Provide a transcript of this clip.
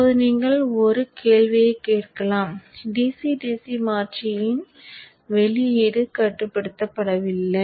இப்போது நீங்கள் ஒரு கேள்வியைக் கேட்கலாம் dc dc மாற்றியின் வெளியீடு கட்டுப்படுத்தப்படவில்லை